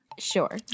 sure